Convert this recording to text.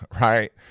Right